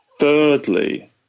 Thirdly